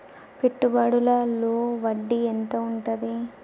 పెట్టుబడుల లో వడ్డీ ఎంత ఉంటది?